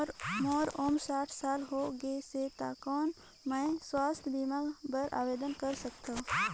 मोर उम्र साठ साल हो गे से त कौन मैं स्वास्थ बीमा बर आवेदन कर सकथव?